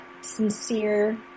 sincere